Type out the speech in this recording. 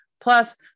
Plus